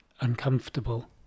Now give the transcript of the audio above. uncomfortable